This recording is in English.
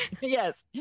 Yes